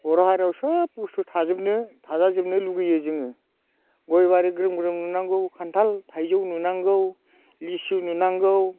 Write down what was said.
बर' हारियाव सोब बुस्थु थाजोबनो थाजाजोबनो लुगैयो जोङो गय बारि ग्रोम ग्रोम नुनांगौ खान्थाल थाइजौ नुनांगौ लिसु नुनांगौ